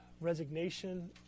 resignation